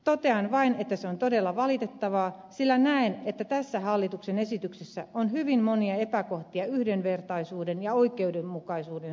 totean vain että se on todella valitettavaa sillä näen että tässä hallituksen esityksessä on hyvin monia epäkohtia yhdenvertaisuuden ja oikeudenmukaisuuden suhteen